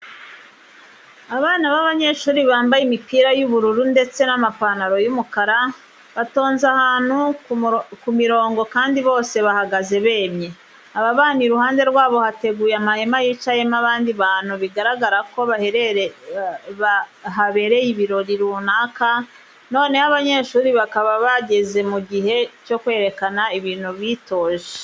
Abana b'abanyeshuri bambaye imipira y'ubururu ndetse n'amapantaro y'umukara, batonze ahantu ku mirongo kandi bose bahagaze bemye. Aba bana iruhande rwabo hateguye amahema yicayemo abandi bantu, bigaragara ko habereye ibirori runaka noneho abanyeshuri bakaba bageze mu gihe cyo kwerekana ibintu bitoje.